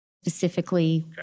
Specifically